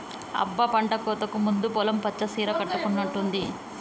అబ్బ పంటకోతకు ముందు పొలం పచ్చ సీర కట్టుకున్నట్టుంది